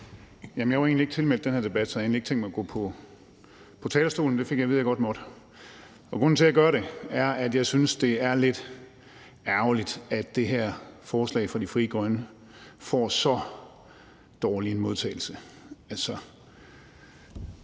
Jeg var egentlig ikke tilmeldt den her debat, så jeg havde ikke tænkt mig at gå på talerstolen. Men det fik jeg at vide at jeg godt måtte, og grunden til, at jeg gør det, er, at jeg synes, det er lidt ærgerligt, at det her forslag fra Frie Grønne får så dårlig en modtagelse.